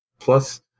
Plus